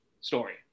story